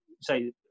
say